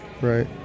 Right